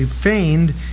feigned